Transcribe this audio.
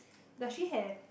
does she have